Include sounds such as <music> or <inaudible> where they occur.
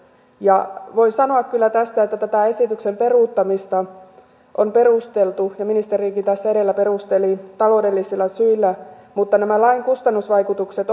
ja voin sanoa kyllä tästä että tätä esityksen peruuttamista on perusteltu ja ministerikin tässä edellä perusteli taloudellisilla syillä mutta nämä lain kustannusvaikutukset <unintelligible>